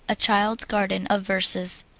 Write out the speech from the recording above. a child's garden of verses.